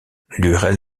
lurel